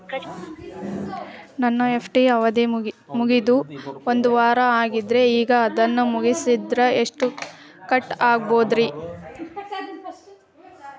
ನನ್ನ ಎಫ್.ಡಿ ಅವಧಿ ಮುಗಿದು ಒಂದವಾರ ಆಗೇದ್ರಿ ಈಗ ಅದನ್ನ ಮುರಿಸಿದ್ರ ಎಷ್ಟ ಕಟ್ ಆಗ್ಬೋದ್ರಿ?